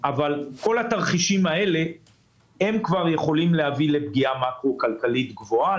יכולים כבר להביא לפגיעה מקרו כלכלית גבוהה.